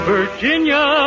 Virginia